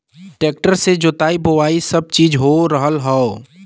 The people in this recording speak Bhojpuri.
ट्रेक्टर से जोताई बोवाई सब चीज हो रहल हौ